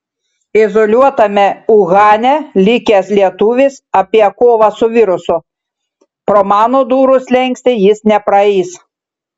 izoliuotame uhane likęs lietuvis apie kovą su virusu pro mano durų slenkstį jis nepraeis